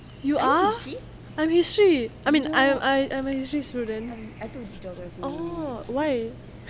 you are I'm history I mean I'm a history student oh why